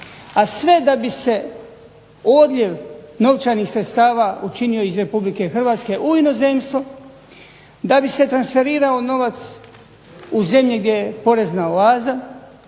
a sve da bi se odljev novčanih sredstava učinio iz Republike Hrvatske u inozemstvo, da bi se transferirao novac u zemlje gdje je porezna oaza,